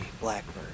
blackbird